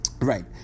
right